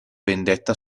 vendetta